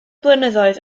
blynyddoedd